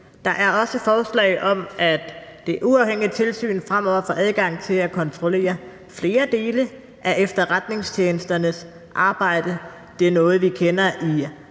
Der er også et forslag om, at det uafhængige tilsyn fremover får adgang til at kontrollere flere dele af efterretningstjenesternes arbejde. Det er noget, vi kender